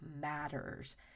matters